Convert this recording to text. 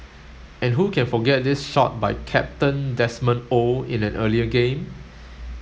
and who can forget this shot by captain Desmond Oh in an earlier game